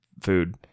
food